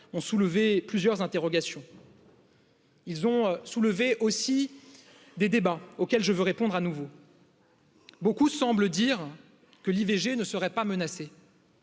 ont soulevé plusieurs interrogations ils ont soulevé aussi des débats auxquels je veux répondre à nouveau. Beaucoup semblent dire que l'ivg ne serait pas menacée